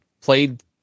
played